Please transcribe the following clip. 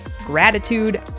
gratitude